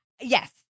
Yes